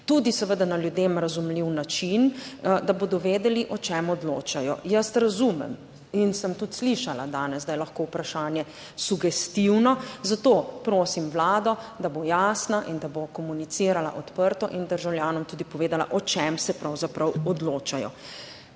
tudi seveda na ljudem razumljiv način, da bodo vedeli, o čem odločajo. Jaz razumem in sem tudi slišala danes, da je lahko vprašanje sugestivno, zato prosim Vlado, da bo jasna in da bo komunicirala odprto in državljanom tudi povedala, o čem se pravzaprav odločajo.